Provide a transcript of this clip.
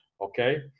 okay